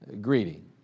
greeting